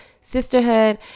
sisterhood